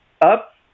Up